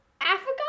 Africa